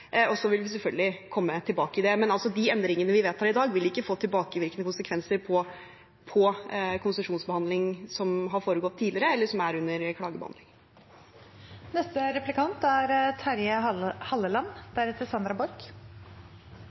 Og vi vil selvfølgelig komme tilbake til det. Men de endringene vi vedtar i dag, vil ikke få tilbakevirkende konsekvenser på konsesjonsbehandling som har foregått tidligere, eller som er under